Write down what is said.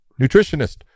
Nutritionist